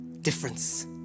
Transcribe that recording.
difference